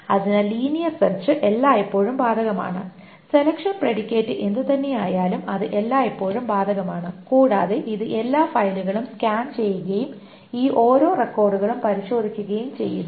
അതിനാൽ linear search എല്ലായ്പ്പോഴും ബാധകമാണ് സെലെക്ഷൻ പ്രെഡിക്കേറ്റ് എന്തുതന്നെ ആയാലും അത് എല്ലായ്പ്പോഴും ബാധകമാണ് കൂടാതെ ഇത് എല്ലാ ഫയലുകളും സ്കാൻ ചെയ്യുകയും ഈ ഓരോ റെക്കോർഡുകളും പരിശോധിക്കുകയും ചെയ്യുന്നു